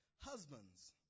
Husbands